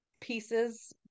pieces